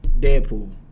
Deadpool